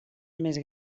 més